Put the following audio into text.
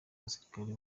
basirikare